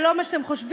זה לא מה שאתם חושבים.